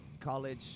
college